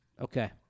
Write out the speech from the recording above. Okay